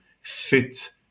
fit